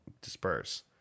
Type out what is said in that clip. disperse